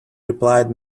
replied